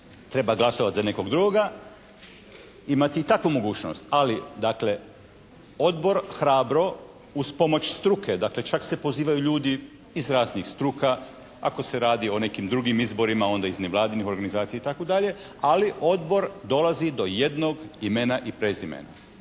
treba glasovati za nekog drugoga imati i takvu mogućnost. Ali dakle Odbor hrabro uz pomoć struke, dakle čak se pozivaju ljudi iz raznih struka, ako se radi o nekim izborima onda iz nevladinih organizacija itd. ali Odbor dolazi do jednog imena i prezimena.